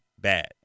bad